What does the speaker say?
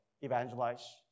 evangelize